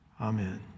Amen